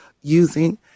using